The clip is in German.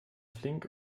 flink